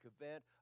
event